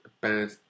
bad